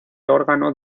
órgano